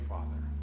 Father